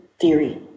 theory